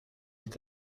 est